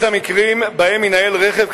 שבהם יינעל רכב,